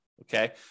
Okay